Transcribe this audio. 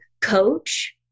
coach